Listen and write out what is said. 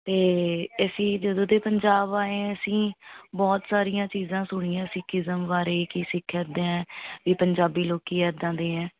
ਅਤੇ ਅਸੀਂ ਜਦੋਂ ਦੇ ਪੰਜਾਬ ਆਏ ਅਸੀਂ ਬਹੁਤ ਸਾਰੀਆਂ ਚੀਜ਼ਾਂ ਸੁਣੀਆਂ ਸਿੱਖੀਜ਼ਮ ਬਾਰੇ ਕਿ ਸਿੱਖ ਇੱਦਾਂ ਪੰਜਾਬੀ ਲੋਕ ਇੱਦਾਂ ਦੇ ਹੈ